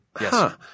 Yes